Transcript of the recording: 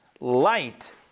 light